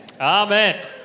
Amen